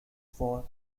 for